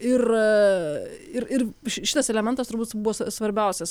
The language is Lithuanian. ir šitas elementas turbūt bus svarbiausias